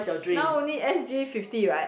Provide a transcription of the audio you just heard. now only S_G fifty right